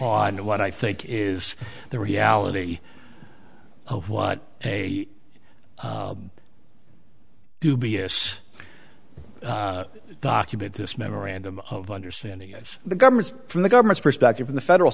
on what i think is the reality what a dubious document this memorandum of understanding is the government from the government's perspective of the federal